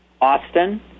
Austin